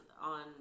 on